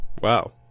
Wow